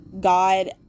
God